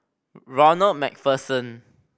Ronald Macpherson